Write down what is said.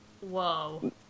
whoa